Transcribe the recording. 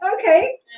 okay